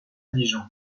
dijon